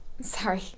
Sorry